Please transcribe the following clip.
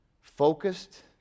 focused